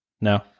No